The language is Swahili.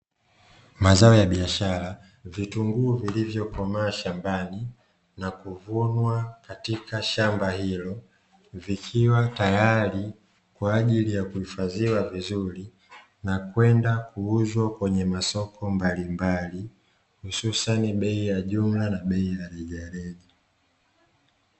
Eneo la biashara, vitunguu vilivyokomaa shambani na kuvunwa katika shamba hilo, vikiwa tayari kwaajili ya kuhifadhiwa vizuri na kwenda kuuzwa kwenye masoko mbalimbali hususani bei ya jumla na bei ya rejareja.